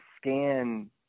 scan